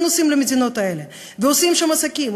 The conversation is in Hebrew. נוסעים למדינות האלה ועושים שם עסקים,